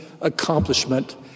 accomplishment